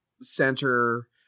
center